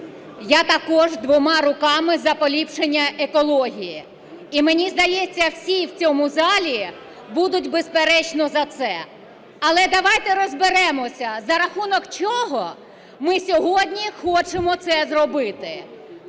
я також двома руками за поліпшення екології. І, мені здається, всі в цьому залі будуть, безперечно, за це. Але давайте розберемося за рахунок чого ми сьогодні хочемо це зробити.